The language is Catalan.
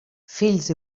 fills